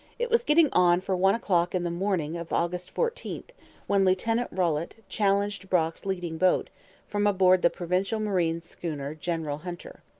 it was getting on for one o'clock in the morning of august fourteen when lieutenant rolette challenged brock's leading boat from aboard the provincial marine schooner general hunter.